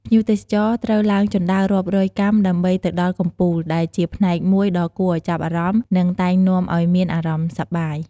ភ្ញៀវទេសចរត្រូវឡើងជណ្ដើររាប់រយកាំដើម្បីទៅដល់កំពូល ដែលជាផ្នែកមួយដ៏គួរឱ្យចាប់អារម្មណ៍ និងតែងនាំឲ្យមានអារម្មណ៍សប្បាយ។